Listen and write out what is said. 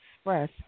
express